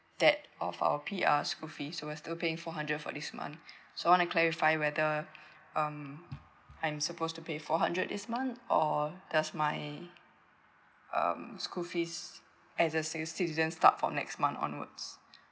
that of our P_R school fees so we are still paying four hundred for this month so I want to clarify whether um I'm supposed to pay four hundred this month or does my um school fees as a c~ citizen start for next month onwards